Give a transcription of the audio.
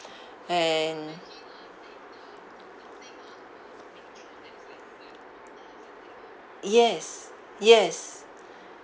and yes yes